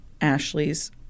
Ashley's